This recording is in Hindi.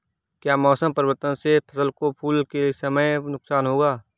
क्या मौसम परिवर्तन से फसल को फूल के समय नुकसान होगा?